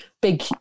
big